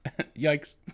yikes